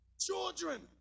Children